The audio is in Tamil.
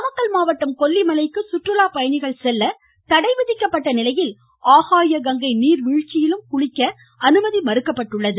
நாமக்கல் மாவட்டம் கொல்லிமலைக்கு சுற்றுலா பயணிகள் செல்ல தடைவிதிக்கப்பட்டுள்ள நிலையில் ஆகாயகங்கை நீர்வீழ்ச்சியிலும் குளிக்க அனுமதி மறுக்கப்பட்டுள்ளது